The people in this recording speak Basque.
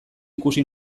ikusi